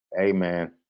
Amen